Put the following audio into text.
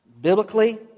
Biblically